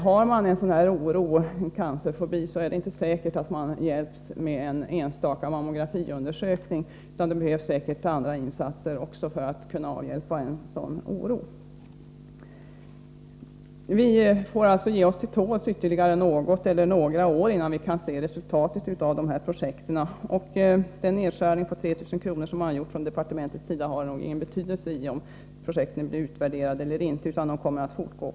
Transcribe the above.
Har man en sådan oro, en cancerfobi, är det inte säkert att man hjälps med en enstaka mammografiundersökning. Det behövs nog även andra insatser för att kunna avhjälpa en sådan oro. Vi får således ge oss till tåls ytterligare något eller några år innan vi kan se resultatet av projekten. Den nedskärning på 3 000 kr. som departementet har gjort har nog ingen betydelse för om projekten blir utvärderade eller inte, utan de kommer att fortgå.